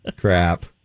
Crap